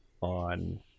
on